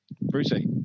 Brucey